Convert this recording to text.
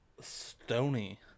Stony